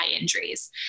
injuries